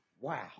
Wow